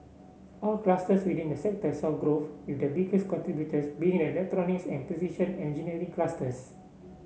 all clusters within the sector saw growth with the biggest contributors being the electronics and precision engineering clusters